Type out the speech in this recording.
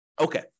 Okay